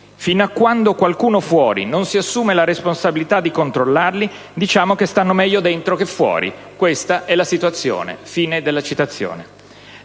Fino a quando qualcuno fuori non si assume la responsabilità di controllarli, diciamo che stanno meglio dentro che fuori. Questa è la situazione».